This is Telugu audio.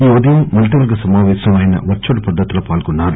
ఈ ఉదయం మంత్రి వర్గ సమాపేశంలో ఆయన వర్చువల్ పద్దతిలో పాల్గొన్నారు